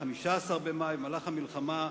במהלך המלחמה,